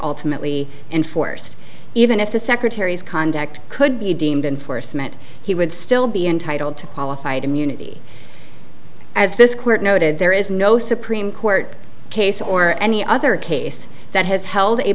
alternately enforced even if the secretary's conduct could be deemed enforcement he would still be entitled to qualified immunity as this court noted there is no supreme court case or any other case that has held a